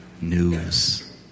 news